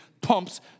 pumps